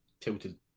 tilted